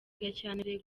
gashyantare